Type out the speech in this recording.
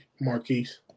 Marquise